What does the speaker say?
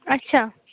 اچھا